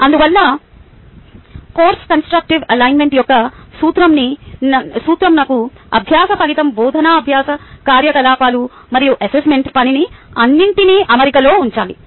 అందువల్ల constructive alignment యొక్క సూత్రం మనకు అభ్యాస ఫలితం బోధనా అభ్యాస కార్యకలాపాలు మరియు అసెస్మెంట్ పనిని అన్నింటినీ అమరికలో ఉంచాలి